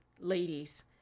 ladies